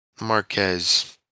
Marquez